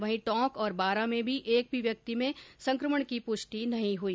वहीं टोंक और बारा में एक भी व्यक्ति में संकमण की प्रष्टि नहीं हई